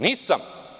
Nisam.